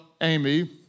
Amy